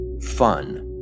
Fun